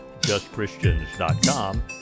justchristians.com